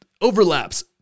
overlaps